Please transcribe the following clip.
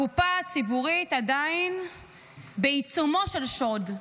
הקופה הציבורית עדיין בעיצומו של שוד,